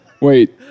Wait